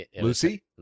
Lucy